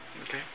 Okay